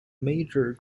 major